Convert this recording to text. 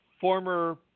former